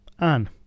Anne